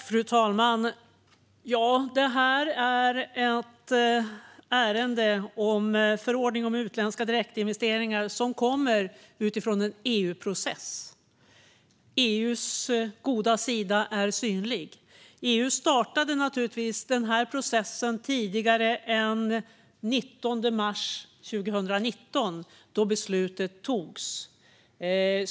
Fru talman! Detta är ett ärende om förordningen om utländska direktinvesteringar, som kommer från en EU-process. EU:s goda sida är synlig. EU startade processen tidigare än den 19 mars 2019, då beslutet togs.